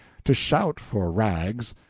to shout for rags,